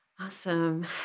Awesome